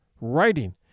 writing